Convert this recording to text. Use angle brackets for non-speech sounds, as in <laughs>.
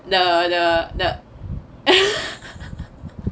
the the <laughs>